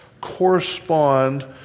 correspond